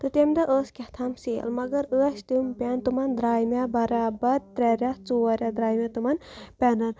تہٕ تَمہِ دۄہ ٲس کیٛاہ تھام سیل مگر ٲسۍ تِم پٮ۪ن تِمَن درٛاے مےٚ برابد ترٛےٚ رٮ۪تھ ژور رٮ۪تھ درٛاے مےٚ تِمَن پٮ۪نَن